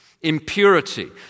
impurity